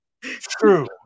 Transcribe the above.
True